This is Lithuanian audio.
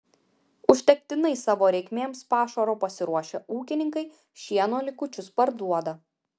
užtektinai savo reikmėms pašaro pasiruošę ūkininkai šieno likučius parduoda